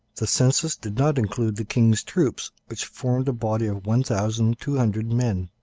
the census did not include the king's troops, which formed a body of one thousand two hundred men.